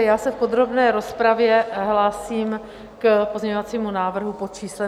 Já se v podrobné rozpravě hlásím k pozměňovacímu návrhu pod číslem 258.